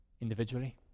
individually